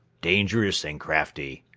dangerous and crafty,